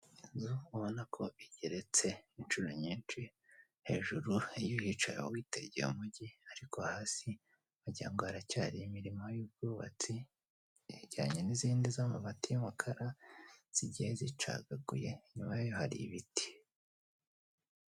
Inzu ubona ko igereretse inshuro nyinshi hejuru iyo uhicaye ub witegeye umugi ariko hasi wagira ngo haracyari imirimo y'ubwubatsi ijyanye n'izindi z'amabati y'umukara zigiye zicagaguye inyuma yayo hari ibiti.